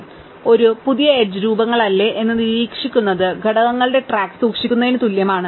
അതിനാൽ ഒരു പുതിയ എഡ്ജ് രൂപങ്ങളല്ലേ എന്ന് നിരീക്ഷിക്കുന്നത് ഘടകങ്ങളുടെ ട്രാക്ക് സൂക്ഷിക്കുന്നതിന് തുല്യമാണ്